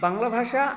বাংলা ভাষা